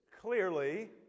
clearly